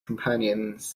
companions